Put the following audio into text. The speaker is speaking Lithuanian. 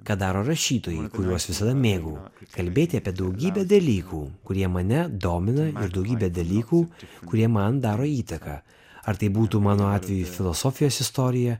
ką daro rašytojai kuriuos visada mėgau kalbėti apie daugybę dalykų kurie mane domina ir daugybė dalykų kurie man daro įtaką ar tai būtų mano atveju filosofijos istorija